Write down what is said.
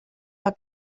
del